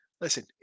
Listen